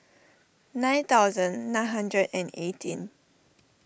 nine thousand nine hundred and eighteen